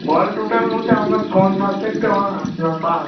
all total বলতে আপনার কোন সাবজেক্টে অনার্স না পাশ